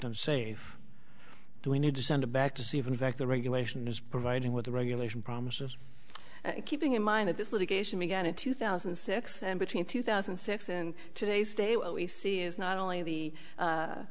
on safe do we need to send it back to see if in fact the regulation is providing what the regulation promises keeping in mind that this litigation began in two thousand and six and between two thousand and six and today's day what we see is not only the